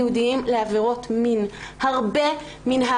תודה רבה.